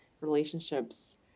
relationships